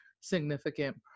significant